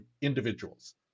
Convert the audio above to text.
individuals